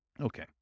Okay